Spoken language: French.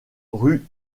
rue